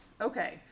Okay